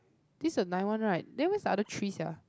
this a nine one right then where's the other three sia